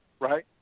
right